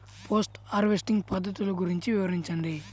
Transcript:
Post harvesting పద్ధతులు గురించి వివరించండి?